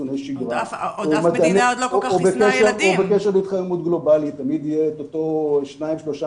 או בקשר להתחממות גלובאלית תמיד יהיו אותם שניים-שלושה